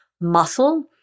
muscle